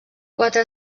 quatre